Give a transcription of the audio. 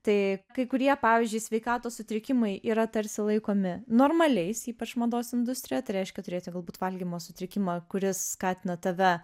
tai kai kurie pavyzdžiui sveikatos sutrikimai yra tarsi laikomi normaliais ypač mados industrija tai reiškia turėti galbūt valgymo sutrikimą kuris skatina tave